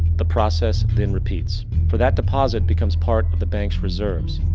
the process then repeats. for that deposit becomes part of the bank's reserves.